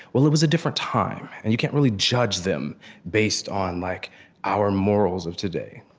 well, it was a different time, and you can't really judge them based on like our morals of today.